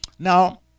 Now